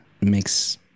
makes